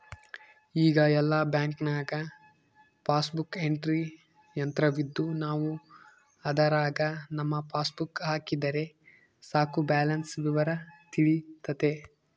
ಈಗ ಎಲ್ಲ ಬ್ಯಾಂಕ್ನಾಗ ಪಾಸ್ಬುಕ್ ಎಂಟ್ರಿ ಯಂತ್ರವಿದ್ದು ನಾವು ಅದರಾಗ ನಮ್ಮ ಪಾಸ್ಬುಕ್ ಹಾಕಿದರೆ ಸಾಕು ಬ್ಯಾಲೆನ್ಸ್ ವಿವರ ತಿಳಿತತೆ